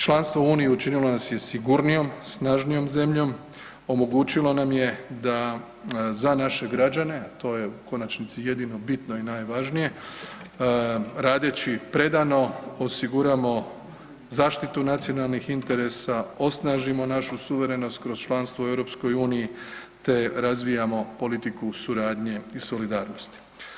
Članstvo u Uniji učinilo nas je sigurnijom, snažnijom zemljom, omogućilo nam je da za naše građane a to je u konačnici jedino bitno i najvažnije radeći predano osiguramo zaštitu nacionalnih interesa, osnažimo našu suverenost kroz članstvo u Europskoj uniji te razvijamo politiku suradnje i solidarnosti.